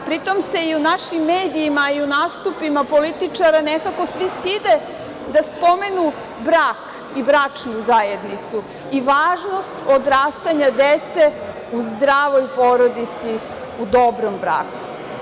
Pri tome se i u našim medijima i u nastupima političara nekako svi stide da spomenu brak i bračnu zajednicu i važnost odrastanja dece u zdravoj porodici u dobrom braku.